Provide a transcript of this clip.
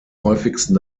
häufigsten